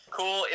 cool